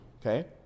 Okay